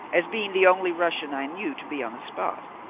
as being the only russian i knew to be on the spot.